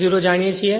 I0 જાણીએ છીએ